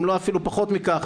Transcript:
אם לא אפילו פחות מכך,